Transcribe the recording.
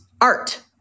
art